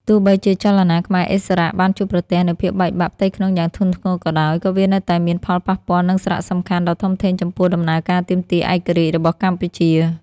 ទោះបីជាចលនាខ្មែរឥស្សរៈបានជួបប្រទះនូវភាពបែកបាក់ផ្ទៃក្នុងយ៉ាងធ្ងន់ធ្ងរក៏ដោយ ក៏វានៅតែមានផលប៉ះពាល់ និងសារៈសំខាន់ដ៏ធំធេងចំពោះដំណើរការទាមទារឯករាជ្យរបស់កម្ពុជា។